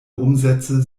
umsätze